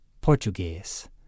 Portuguese